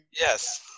Yes